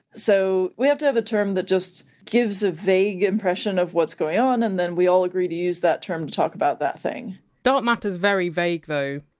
so we have to have a term that just gives a vague impression of what's going on and then we all agree to use that term to talk about that thing dark matter is very vague, though.